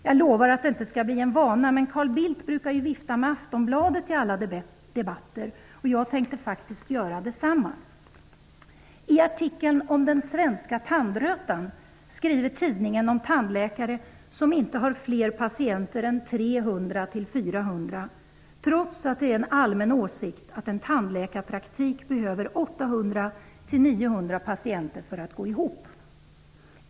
Jag lovar att det inte skall bli en vana, men Carl Bildt brukar vifta med Aftonbladet i alla debatter, och jag tänkte faktiskt göra detsamma. I artikeln med rubriken Den svenska tandrötan skriver tidningen om tandläkare som inte har fler patienter än 300--400, trots att det är en allmän åsikt att en tandläkarpraktik behöver 800--900 patienter för att gå ihop.